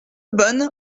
bonne